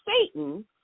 Satan